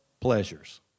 pleasures